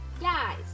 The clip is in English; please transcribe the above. Guys